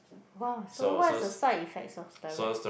!wah! so what's the side effect of steroid